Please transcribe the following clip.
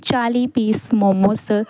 ਚਾਲੀ ਪੀਸ ਮੋਮੋਜ